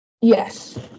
Yes